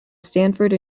stanford